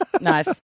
Nice